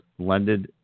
lended